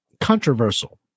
controversial